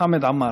חמד עמאר.